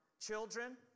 children